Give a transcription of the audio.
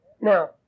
Now